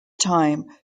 time